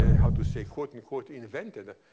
ah how to say, quote unquote invented.